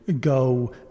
go